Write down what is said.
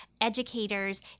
educators